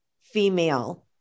female